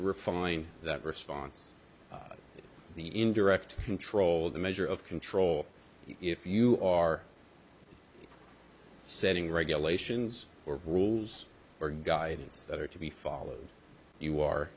refine that response the indirect control the measure of control if you are setting regulations or rules or guidance that are to be followed you are